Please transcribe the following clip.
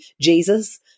jesus